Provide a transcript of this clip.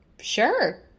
sure